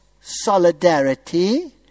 solidarity